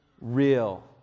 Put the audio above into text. real